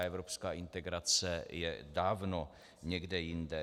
Evropská integrace je dávno někde jinde.